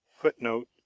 Footnote